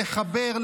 לחבר,